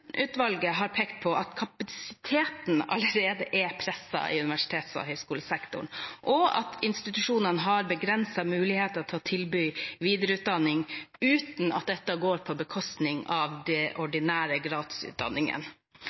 har pekt på at kapasiteten allerede er presset i universitets- og høyskolesektoren, og at institusjonene har begrensede muligheter til å tilby videreutdanning, uten at dette går på bekostning av den ordinære gradsutdanningen.